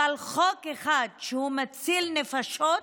אבל חוק אחד שהוא מציל נפשות,